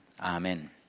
Amen